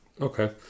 Okay